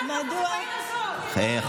מדוע לכפות עליי,